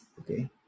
Okay